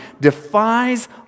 defies